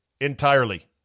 entirely